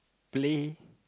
play